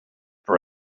for